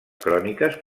cròniques